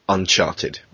Uncharted